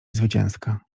zwycięska